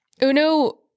Uno